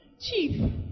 Chief